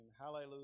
Hallelujah